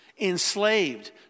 enslaved